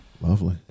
Lovely